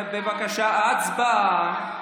בבקשה הצבעה.